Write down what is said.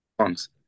songs